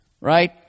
right